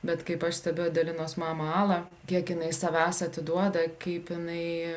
bet kaip aš stebiu adelinos mamą alą kiek jinai savęs atiduoda kaip jinai